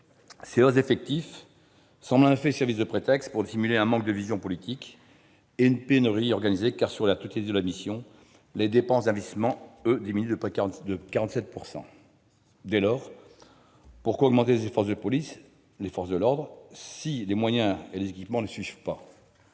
Ces hausses d'effectifs semblent, en effet, servir de prétexte pour dissimuler un manque de vision politique et une pénurie organisée, car, sur la totalité de la mission, les dépenses d'investissement diminuent de près de 47 %. Dès lors, pourquoi augmenter les effectifs des forces de l'ordre si les moyens et les équipements ne suivent pas ?